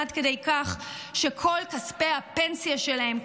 עד כדי כך שכל כספי הפנסיה שלהם,